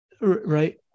right